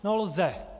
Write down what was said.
To lze.